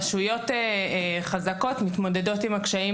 רשויות חזקות מתמודדות עם הקשיים